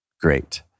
great